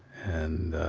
and